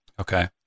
Okay